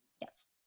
Yes